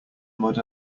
mud